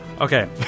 Okay